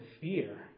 fear